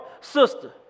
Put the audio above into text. sister